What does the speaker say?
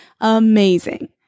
amazing